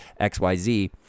xyz